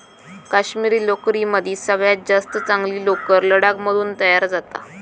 काश्मिरी लोकरीमदी सगळ्यात जास्त चांगली लोकर लडाख मधून तयार जाता